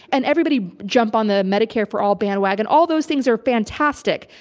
and everybody jumped on the medicare for all bandwagon. all those things are fantastic,